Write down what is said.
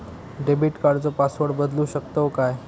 Debit कार्डचो password बदलु शकतव काय?